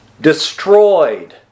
destroyed